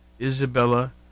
Isabella